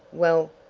well,